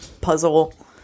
puzzle